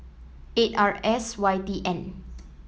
eight R S Y T N